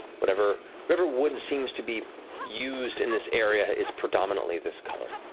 whatever whatever wood seems to be used in this area is predominantly this color.